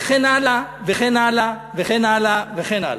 וכן הלאה, וכן הלאה, וכן הלאה, וכן הלאה.